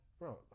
bro